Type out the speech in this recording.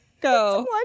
go